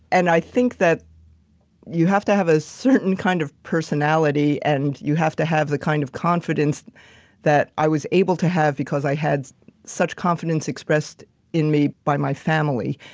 and i think that you have to have a certain kind of personality. and you have to have the kind of confidence that i was able to have because i had such confidence expressed in me by my family,